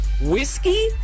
whiskey